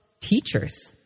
teachers